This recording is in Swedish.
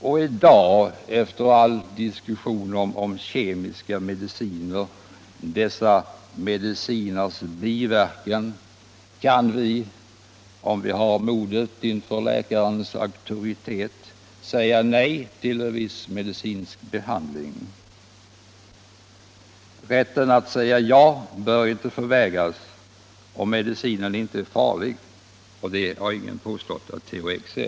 I dag, efter all diskussion om kemiska mediciner och dessa mediciners biverkan, kan vi —- om vi har modet inför läkarens auktoritet — säga nej till viss medicinsk behandling. Rätten att säga ja bör inte förvägras människor om medicinen inte är farlig. Det har ingen påstått att THX är.